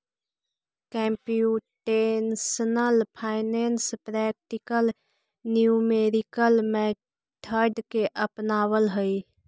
computational finance practical numerical method के अपनावऽ हई